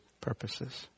purposes